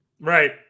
Right